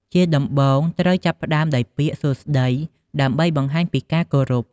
ជាដំបូង ត្រូវចាប់ផ្ដើមដោយពាក្យ "សួស្ដី" ដើម្បីបង្ហាញពីការគោរព។